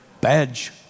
badge